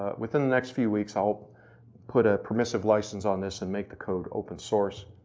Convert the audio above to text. within the next few weeks i'll put a permissive license on this and make the code open source.